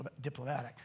diplomatic